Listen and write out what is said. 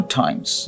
times